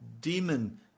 demon